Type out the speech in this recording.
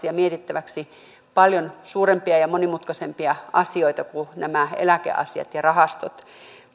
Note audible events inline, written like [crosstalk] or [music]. [unintelligible] ja mietittäväksi paljon suurempia ja monimutkaisempia asioita kuin nämä eläkeasiat ja rahastot